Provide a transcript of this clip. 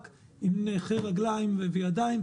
רק נכה רגליים וידיים,